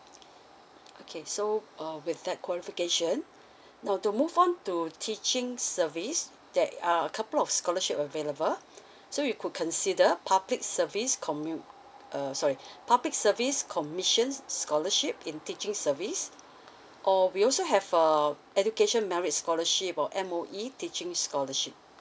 okay so uh with that qualification now to move on to teaching service that uh a couple of scholarship available so you could consider public service commu~ uh sorry public service commissions scholarship in teaching service or we also have uh education merit scholarship or M_O_E teaching scholarship